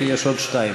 כי יש עוד שתיים.